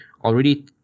already